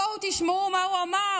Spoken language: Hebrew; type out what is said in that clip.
בואו תשמעו מה הוא אמר,